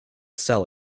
sell